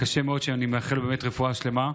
קשה מאוד, ואני מאחל לו באמת רפואה שלמה.